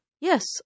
Yes